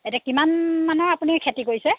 এতিয়া কিমান মানুহৰ আপুনি খেতি কৰিছে